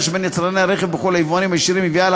של יצרני הרכב בחו"ל ליבואנים הישירים מביאה,